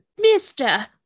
Mister